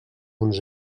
uns